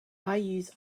use